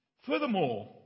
Furthermore